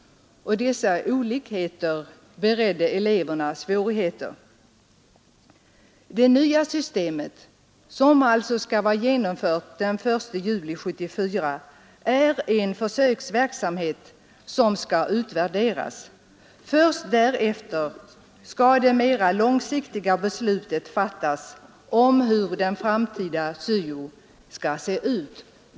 Dessa olikheter beredde eleverna svårigheter. Det nya systemet — som alltså skall vara genomfört den 1 juli 1974 — är en försöksverksamhet som skall utvärderas. Först därefter skall det mera långsiktiga beslutet fattas om hur det framtida syo-systemet skall se ut.